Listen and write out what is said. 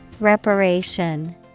Reparation